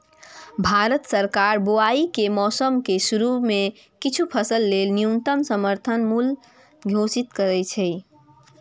भारत सरकार बुआइ के मौसम के शुरू मे किछु फसल लेल न्यूनतम समर्थन मूल्य घोषित करै छै